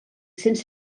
cents